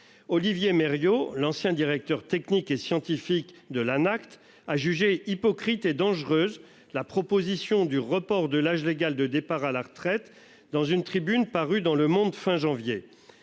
Olivier Mériaux. L'ancien directeur technique et scientifique de l'Anact a jugé hypocrite et dangereuse. La proposition du report de l'âge légal de départ à la retraite. Dans une tribune parue dans Le Monde fin janvier.